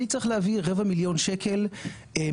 אני צריך להביא רבע מיליון שקלים מהבית,